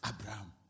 Abraham